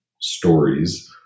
stories